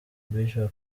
bishop